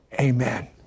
Amen